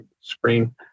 screen